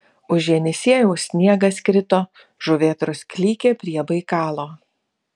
už jenisiejaus sniegas krito žuvėdros klykė prie baikalo